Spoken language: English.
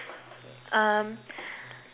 um